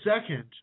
second